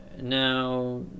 now